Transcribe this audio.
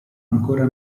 ancora